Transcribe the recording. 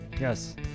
Yes